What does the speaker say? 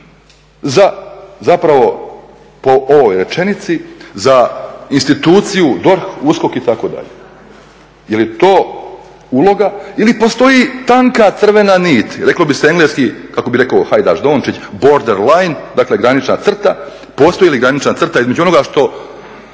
za zapravo po ovoj rečenici za instituciju DORH, USKOK itd. Je li to uloga ili postoji tanka crvena nit, reklo bi se engleski kako bi rekao Hajdaš Dončić border line, dakle granična crta, postoji li granična crta između onoga što